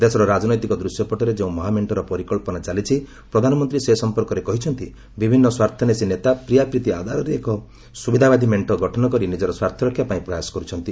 ଦେଶର ରାଜନୈତିକ ଦୃଶ୍ୟପଟରେ ଯେଉଁ ମହାମେଣ୍ଟର ପରିକ୍ସନା ଚାଲିଛି ପ୍ରଧାନମନ୍ତ୍ରୀ ସେ ସମ୍ପର୍କରେ କହିଛନ୍ତି ବିଭିନ୍ନ ସ୍ୱାର୍ଥନ୍ୱେଷୀ ନେତା ପ୍ରିୟାପ୍ରୀତି ଆଧାରରେ ଏକ ସ୍ତବିଧାବାଦୀ ମେଣ୍ଟ ଗଠନ କରି ନିଜର ସ୍ୱାର୍ଥରକ୍ଷା ପାଇଁ ପ୍ରୟାସ କରୁଛନ୍ତି